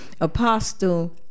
Apostle